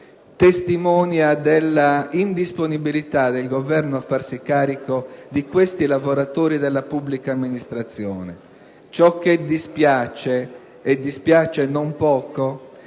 testimonia dell'indisponibilità del Governo a farsi carico di questi lavoratori della pubblica amministrazione. Ciò che dispiace - e non poco